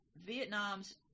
Vietnam's